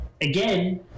again